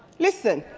listen,